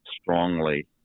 strongly